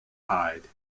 hide